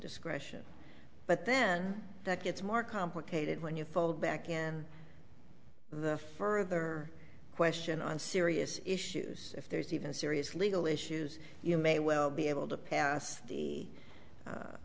discretion but then that gets more complicated when you fall back and the further question on serious issues if there's even serious legal issues you may well be able to pass the